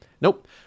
nope